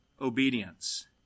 obedience